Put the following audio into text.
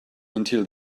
until